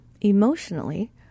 emotionally